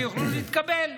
יוכלו להתקבל?